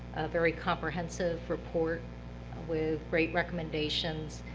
very comprehensive report with great recommendations.